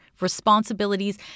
responsibilities